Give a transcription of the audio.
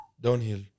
Downhill